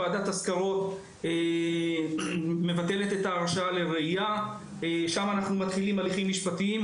הוועדה מבטלת את ההרשעה לראייה ושם אנחנו מתחילים בהליכים משפטיים.